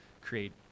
create